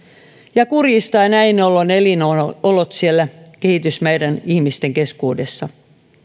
ja kurjistaa näin ollen elinolot siellä kehitysmaiden ihmisten keskuudessa